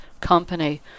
company